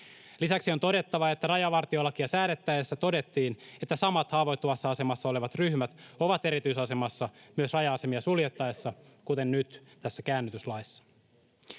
Lisäksi on todettava, että rajavartiolakia säädettäessä todettiin, että samat haavoittuvassa asemassa olevat ryhmät ovat erityisasemassa myös raja-asemia suljettaessa, kuten nyt tässä käännytyslaissa.